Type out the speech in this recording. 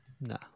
No